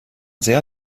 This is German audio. sehr